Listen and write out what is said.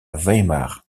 weimar